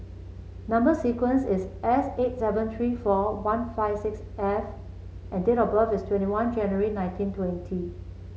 number sequence is S eight seven three four one five six F and date of birth is twenty one January nineteen twenty